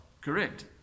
Correct